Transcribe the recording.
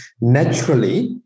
naturally